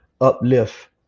uplift